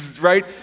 right